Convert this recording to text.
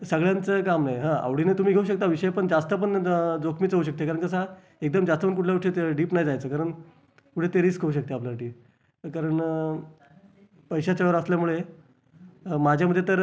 सगळ्यांच काम नाही हां आवडीनं तुम्ही घेऊ शकता विषय पण जास्त पण जोखमीचं होऊ शकते कारण कसं एकदम जास्त पण कुठल्या गोष्टीत डीप नाही जायचं कारण पुढे ते रिस्क होऊ शकते आपल्यासाठी कारण पैशाचा व्यवहार असल्यामुळे माझ्या मते तर